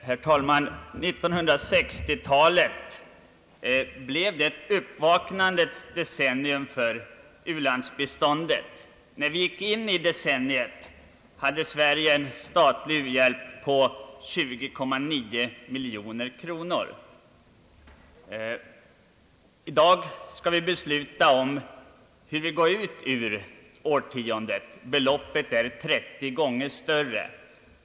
Herr talman! Blev 1960-talet ett uppvaknandets decennium för u-landsbiståndet? Decenniets första år hade Sverige en statlig u-hjälp på 20,9 miljoner kronor. I dag skall vi besluta om hur vi kommer att gå ut ur årtiondet, Beloppet är 30 gånger större.